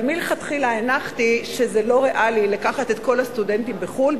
אבל מלכתחילה הנחתי שזה לא ריאלי לקחת את כל הסטודנטים בחו"ל,